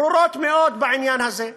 ברורות מאוד בעניין הזה.